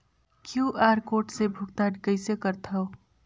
QR code से भुगतान कइसे करथव?